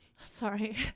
sorry